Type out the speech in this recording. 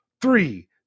three